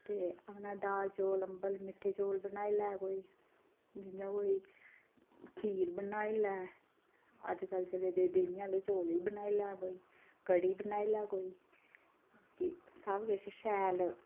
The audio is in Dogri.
अपने दाल चौल अम्बल मिट्ठे चौल बनाई लै कोई जि'यां कोई खीर बनाई लै अज्जकल चले दे देहीं आह्ले चौल बी बनाई लै कोई कढ़ी बनाई लै कोई कि सब किश शैल